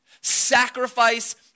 sacrifice